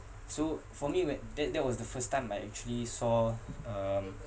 so for me whe~ that that was the first time I actually saw um